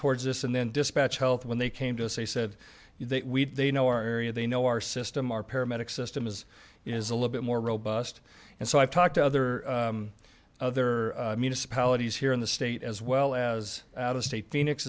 towards us and then dispatch health when they came to us they said you know they know our area they know our system our paramedic system is is a little bit more robust and so i've talked to other other municipalities here in the state as well as out of state phoenix